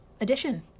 edition